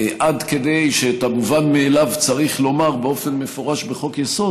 עד כדי כך שאת המובן מאליו צריך לומר באופן מפורש בחוק-יסוד.